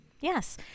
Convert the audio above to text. Yes